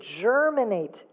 germinate